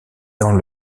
dans